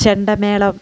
ചെണ്ടമേളം